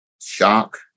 shock